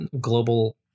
global